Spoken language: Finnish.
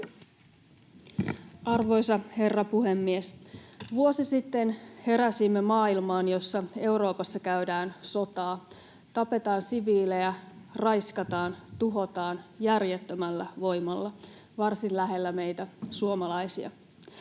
Arvoisa herra puhemies! Vuosi sitten heräsimme maailmaan, jossa Euroopassa käydään sotaa, tapetaan siviilejä, raiskataan, tuhotaan järjettömällä voimalla — varsin lähellä meitä suomalaisia.